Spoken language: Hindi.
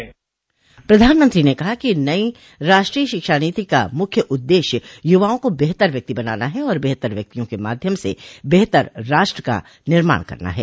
प्रधानमंत्री ने कहा कि नई राष्ट्रीय शिक्षा नीति का मुख्य उद्देश्य युवाओं को बेहतर व्यक्ति बनाना ह और बेहतर व्यक्तियों के माध्यम से बेहतर राष्ट्र का निर्माण करना है